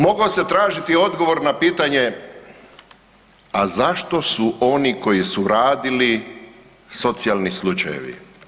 Mogao se tražiti odgovor na pitanje, a zašto su oni koji su radili socijalni slučajevi?